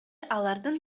алардын